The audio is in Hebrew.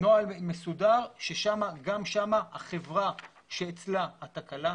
שאצלה התקלה,